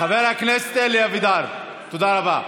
חבר הכנסת אלי אבידר, תודה רבה.